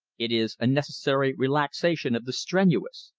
it is a necessary relaxation of the strenuous,